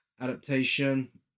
Adaptation